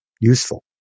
useful